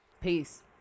Peace